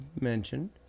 mentioned